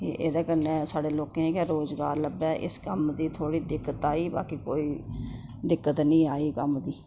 एह्दे कन्नै साढ़ै लोकें गै रोज़गार लब्भै इस कम्म दी थोह्ड़ी दिक्कत आई बाकी कोई दिक्कत नी आई कम्म दी